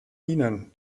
ihnen